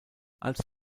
als